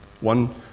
One